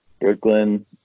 Brooklyn –